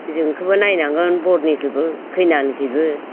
ओजोंखौबो नायनांगोन बरनिखोबो खैनानिखौबो